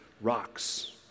rocks